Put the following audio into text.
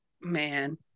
man